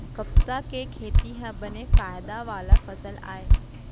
कपसा के खेती ह बने फायदा वाला फसल आय